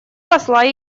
посла